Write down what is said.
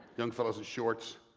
young fellas in shorts.